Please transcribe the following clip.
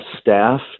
staff